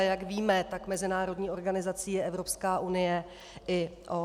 Jak víme, tak mezinárodní organizací je Evropská unie i OSN.